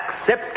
Accept